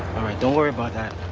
don't worry about that,